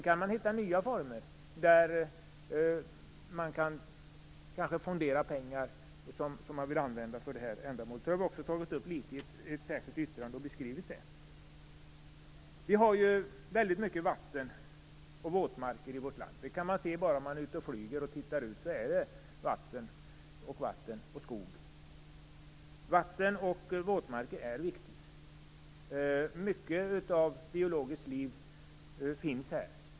Man kan hitta nya former, som att kanske fondera pengar som man vill använda för det här ändamålet. Detta har vi beskrivit i ett särskilt yttrande. Vi har mycket vatten och många våtmarker i vårt land. Det kan man se när man flyger och tittar ut - det är vatten och skog. Vatten och våtmarker är viktigt. Mycket av det biologiska livet finns där.